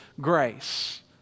grace